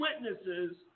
witnesses